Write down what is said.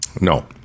No